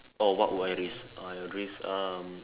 oh what will I risk uh I will risk um